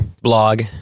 blog